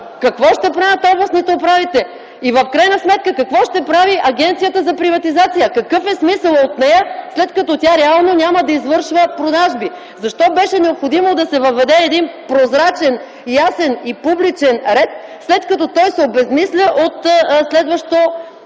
какво ще правят областните управители и в крайна сметка какво ще прави Агенцията за приватизация? Какъв е смисълът от нея, след като тя реално няма да извършва продажби? Защо беше необходимо да се въведе един прозрачен, ясен и публичен ред, след като той се обезсмисля от следващо